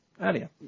earlier